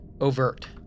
overt